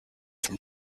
from